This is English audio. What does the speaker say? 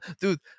Dude